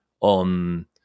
on